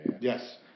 Yes